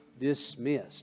dismissed